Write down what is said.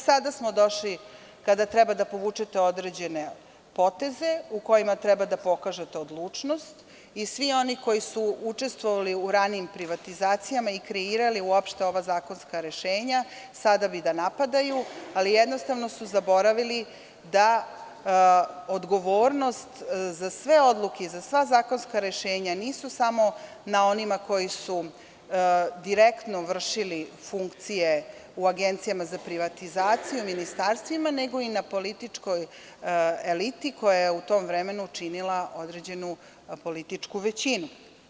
Sada smo došli, kada treba da povučete određene poteze u kojima treba da pokažete odlučnost i svi oni koji su učestvovali u ranijim privatizacijama i kreirali uopšte ova zakonska rešenja sada bi da napadaju, ali jednostavno su zaboravili da odgovornost za sve odluke i za sva zakonska rešenja nisu samo na onima koji su direktno vršili funkcije u agencijama za privatizaciju, ministarstvima, nego i na političkoj eliti koja je u tom vremenu činila određenu političku većinu.